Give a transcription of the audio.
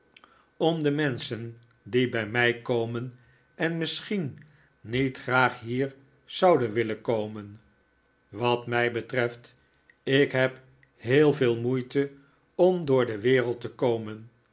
om de menschen die bij mij komen en misschien niet graag hier zouden willen komen wat mij betreft ik heb heel veel moeite om door de wereld te komen